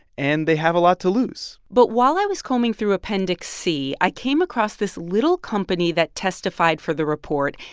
and they have a lot to lose but while i was combing through appendix c, i came across this little company that testified for the report.